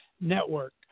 Network